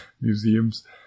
Museums